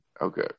Okay